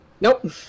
Nope